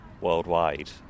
worldwide